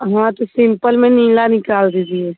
हाँ तो सिम्पल में नीला निकाल दीजिए